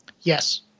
Yes